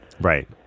Right